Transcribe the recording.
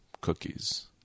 cookies